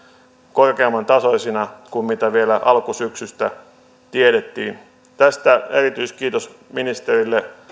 korkeamman tasoisina kuin mitä vielä alkusyksystä tiedettiin tästä erityiskiitos ministerille